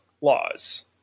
laws